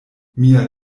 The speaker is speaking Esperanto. mia